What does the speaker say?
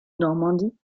normandie